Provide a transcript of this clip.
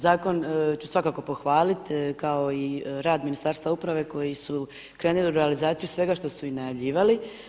Zakon ću svakako pohvalit kao i rad Ministarstva uprave koji su krenuli u realizaciju svega što su i najavljivali.